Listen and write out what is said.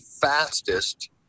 fastest